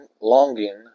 longing